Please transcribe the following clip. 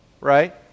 right